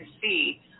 see